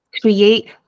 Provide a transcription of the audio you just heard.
create